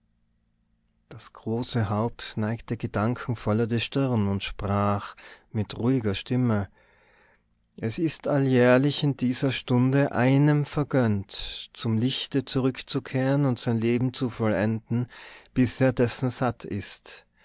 das große haupt neigte gedankenvoller die stirn und sprach mit ruhiger stimme es ist alljährlich in dieser stunde einem vergönnt zum lichte zurückzukehren und sein leben zu vollenden bis er dessen satt ist